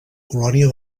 colònia